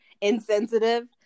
insensitive